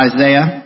Isaiah